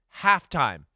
halftime